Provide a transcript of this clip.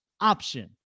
option